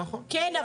כן,